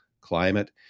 climate